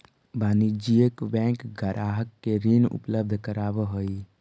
वाणिज्यिक बैंक ग्राहक के ऋण उपलब्ध करावऽ हइ